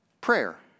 Prayer